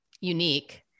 unique